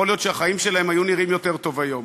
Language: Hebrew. יכול להיות שהחיים שלהם היו נראים יותר טוב היום.